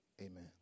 Amen